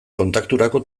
kontakturako